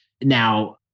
Now